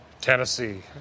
Tennessee